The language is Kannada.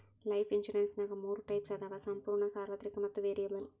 ಲೈಫ್ ಇನ್ಸುರೆನ್ಸ್ನ್ಯಾಗ ಮೂರ ಟೈಪ್ಸ್ ಅದಾವ ಸಂಪೂರ್ಣ ಸಾರ್ವತ್ರಿಕ ಮತ್ತ ವೇರಿಯಬಲ್